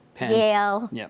Yale